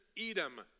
Edom